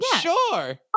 sure